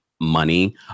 money